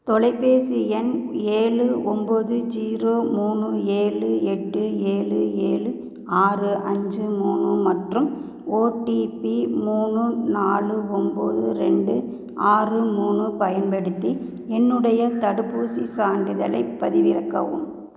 தொலைபேசி எண் ஏழு ஒம்பது ஜீரோ மூணு ஏழு எட்டு ஏழு ஏழு ஆறு அஞ்சு மூணு மற்றும் ஓடிபி மூணு நாலு ஒம்பது ரெண்டு ஆறு மூணு பயன்படுத்தி என்னுடைய தடுப்பூசிச் சான்றிதழைப் பதிவிறக்கவும்